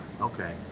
okay